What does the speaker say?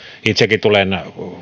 itsekin tulen